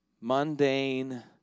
mundane